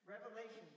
Revelation